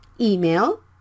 email